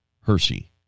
Hershey